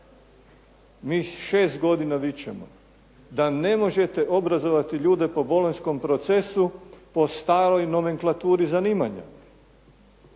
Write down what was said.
Mi šest godina vičemo da ne možete obrazovati ljude po bolonjskom procesu po staroj nomenklaturi zanimanja.